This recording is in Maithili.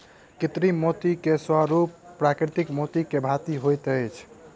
कृत्रिम मोती के स्वरूप प्राकृतिक मोती के भांति होइत अछि